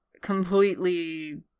completely